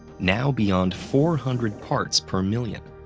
now beyond four hundred parts per million,